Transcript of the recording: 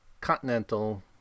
Continental